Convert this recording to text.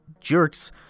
jerks